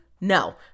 No